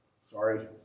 Sorry